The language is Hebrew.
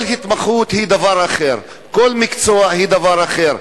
כל התמחות היא דבר אחר, כל מקצוע הוא דבר אחר.